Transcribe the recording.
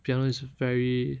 piano is very